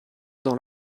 dans